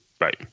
Right